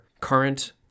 current